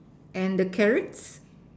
and the carrots